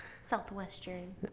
southwestern